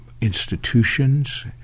institutions